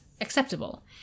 acceptable